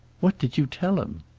what did you tell him?